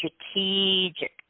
strategic